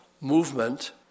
movement